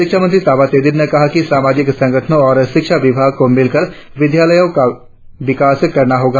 शिक्षा मंत्री ताबा तेदिर ने कहा कि सामाजिक संगठनों और शिक्षा विभाग को मिलकर विद्यालयों का विकास करना होगा